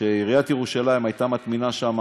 שעיריית ירושלים הייתה מטמינה שם,